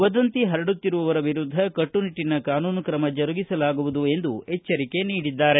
ವದಂತಿ ಹರಡುತ್ತಿರುವವರ ವಿರುದ್ದ ಕಟ್ಟುನಿಟ್ಟನ ಕಾನೂನು ಕ್ರಮ ಜರುಗಿಸಲಾಗುವುದು ಎಂದು ಎಚ್ಚರಿಕೆ ನೀಡಿದರು